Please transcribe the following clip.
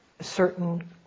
certain